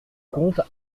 comptes